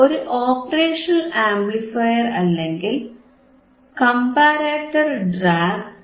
ഒരു operational amplifier അല്ലെങ്കിൽ comparator drag ചെയ്യാം